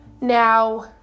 Now